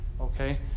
Okay